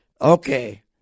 okay